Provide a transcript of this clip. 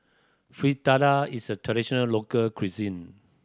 fritada is a traditional local cuisine